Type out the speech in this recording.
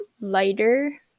lighter